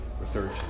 research